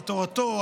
על תורתו,